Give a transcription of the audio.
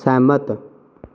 सैह्मत